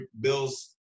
Bills